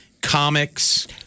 comics